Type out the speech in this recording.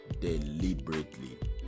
deliberately